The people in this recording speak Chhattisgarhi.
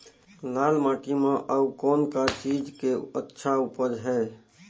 लाल माटी म अउ कौन का चीज के अच्छा उपज है?